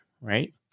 right